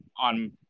on